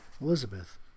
Elizabeth